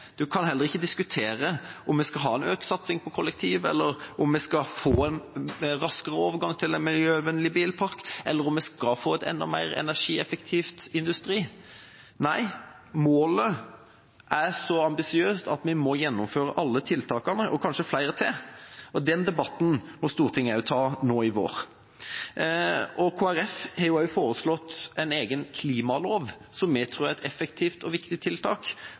kan heller ikke diskutere om en skal ha en økt satsing på kollektivtransport, om en skal få en raskere overgang til en miljøvennlig bilpark, eller om en skal få en enda mer energieffektiv industri. Nei, målet er så ambisiøst at vi må gjennomføre alle tiltakene – og kanskje flere til. Den debatten må Stortinget også ta nå i vår. Kristelig Folkeparti har foreslått en egen klimalov, som vi tror er et effektivt og viktig tiltak